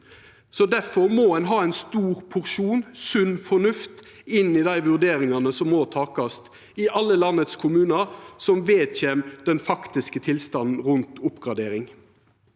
Difor må ein ha ein god porsjon sunn fornuft inn i dei vurderingane – som må takast i alle landets kommunar – som vedkjem den faktiske tilstanden rundt oppgradering.